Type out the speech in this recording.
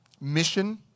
mission